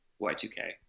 Y2K